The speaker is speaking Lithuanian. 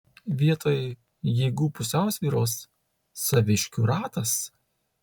vietoj jėgų pusiausvyros saviškių ratas